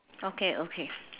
okay okay